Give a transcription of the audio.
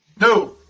No